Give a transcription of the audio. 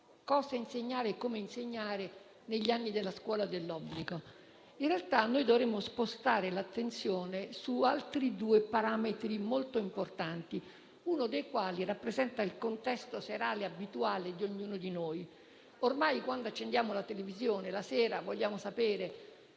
cosa insegnare e come insegnare negli anni della scuola dell'obbligo. In realtà, dovremmo spostare l'attenzione su altri due parametri molto importanti, uno dei quali rappresenta il contesto serale abituale di ognuno di noi: ormai, quando accendiamo la televisione la sera, vogliamo sapere